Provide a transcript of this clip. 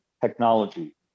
technology